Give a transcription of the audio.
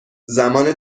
زمان